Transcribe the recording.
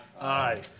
aye